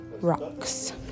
rocks